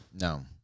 No